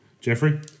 Jeffrey